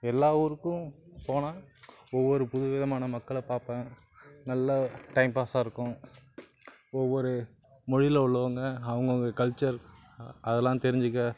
எல்லா ஊருக்கும் போனேன் ஒவ்வொரு புதுவிதமான மக்களை பார்ப்பன் நல்ல டைம் பாஸாக இருக்கும் ஒவ்வொரு மொழியில உள்ளவங்க அவங்கவுங்க கல்ச்சர் அதெலாம் தெரிஞ்சிக்க